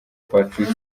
patrick